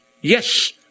Yes